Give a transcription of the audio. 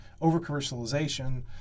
over-commercialization